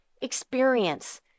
Experience